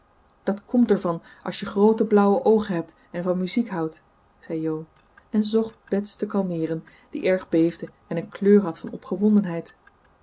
dat komt er van als je groote blauwe oogen hebt en van muziek houdt zei jo en zocht bets te kalmeeren die erg beefde en een kleur had van